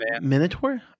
minotaur